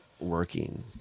working